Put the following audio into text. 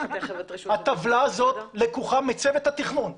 הטבלה הזאת לקוחה מצוות התכנון.